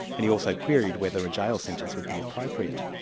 and he also queried whether a jail sentence would be appropriate.